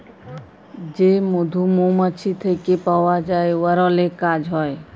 যে মধু মমাছি থ্যাইকে পাউয়া যায় উয়ার অলেক কাজ হ্যয়